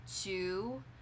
two